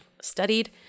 studied